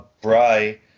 Bry